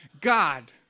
God